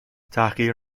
تحقیر